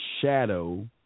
Shadow